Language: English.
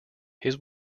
his